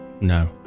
No